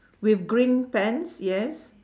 with green pants yes